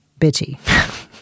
bitchy